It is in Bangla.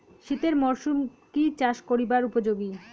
শীতের মরসুম কি চাষ করিবার উপযোগী?